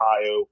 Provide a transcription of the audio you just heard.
Ohio